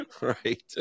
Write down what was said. right